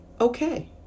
okay